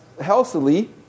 healthily